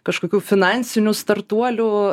kažkokių finansinių startuolių